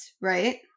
right